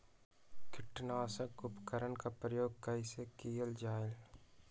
किटनाशक उपकरन का प्रयोग कइसे कियल जाल?